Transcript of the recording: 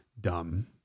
dumb